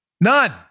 None